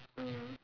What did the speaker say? mm